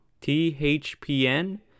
THPN